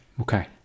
Okay